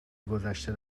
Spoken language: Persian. گدشته